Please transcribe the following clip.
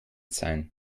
sein